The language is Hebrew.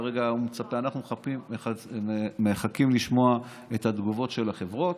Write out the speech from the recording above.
כרגע אנחנו מחכים לשמוע את התגובות של החברות,